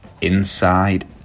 Inside